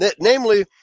namely